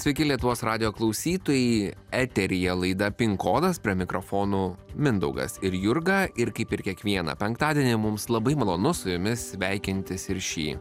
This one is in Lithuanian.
sveiki lietuvos radijo klausytojai eteryje laida pin konas prie mikrofonų mindaugas ir jurga ir kaip ir kiekvieną penktadienį mums labai malonu su jumis sveikintis ir šį